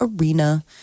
Arena